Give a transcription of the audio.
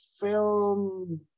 film